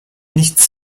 nichts